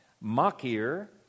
Machir